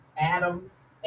Adams